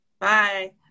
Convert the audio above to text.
Bye